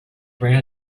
ran